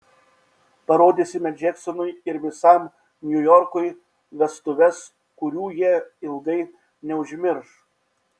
parodysime džeksonui ir visam niujorkui vestuves kurių jie ilgai neužmirš